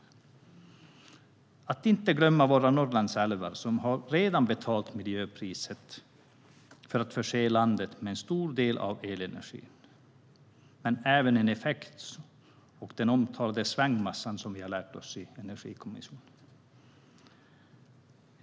Vi får sedan inte glömma våra Norrlandsälvar, som redan har betalat miljöpriset för att förse landet med en stor del av elenergin men även med effekt och den omtalade svängmassan, som vi har lärt oss om i Energikommissionen.